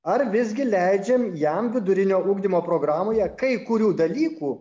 ar visgi leidžiam jam vidurinio ugdymo programoje kai kurių dalykų